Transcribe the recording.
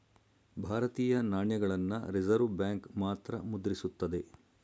ಭಾರತೀಯ ನಾಣ್ಯಗಳನ್ನ Reserve Bank ಮಾತ್ರ ಮುದ್ರಿಸುತ್ತದೆ